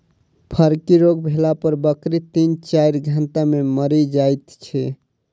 फड़की रोग भेला पर बकरी तीन चाइर घंटा मे मरि जाइत छै